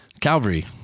Calvary